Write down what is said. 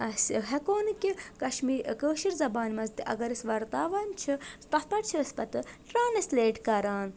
اسہِ ہٮ۪کو نہٕ کہِ کشمیٖری کٲشِر زبانہِ منٛز تہِ اگر أسۍ ورتاوان چھِ تتھ پٮ۪ٹھ چھِ أسۍ پتہٕ ٹرانسلیٹ کران